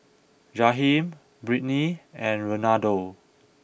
Jaheem Brittni and Renaldo